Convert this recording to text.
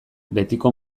betiko